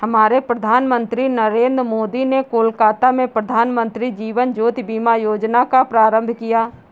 हमारे प्रधानमंत्री नरेंद्र मोदी ने कोलकाता में प्रधानमंत्री जीवन ज्योति बीमा योजना का प्रारंभ किया